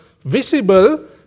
visible